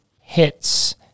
hits